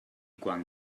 quan